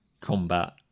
combat